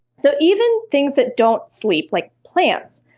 so even things that don't sleep, like plants,